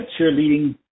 cheerleading